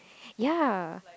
yea